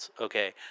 okay